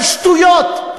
שטויות.